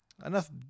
Enough